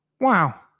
Wow